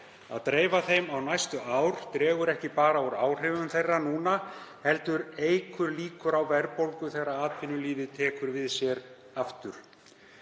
Að dreifa þeim á næstu ár dregur ekki bara úr áhrifum þeirra núna heldur eykur líkur á verðbólgu þegar atvinnulífið tekur við sér aftur.